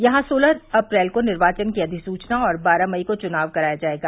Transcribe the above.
यहां सोलह अप्रैल को निर्वाचन की अधिसूचना और बारह मई को चुनाव कराया जायेगा